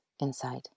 inside